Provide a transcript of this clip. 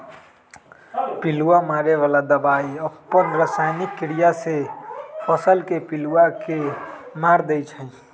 पिलुआ मारे बला दवाई अप्पन रसायनिक क्रिया से फसल के पिलुआ के मार देइ छइ